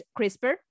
CRISPR